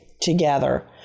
together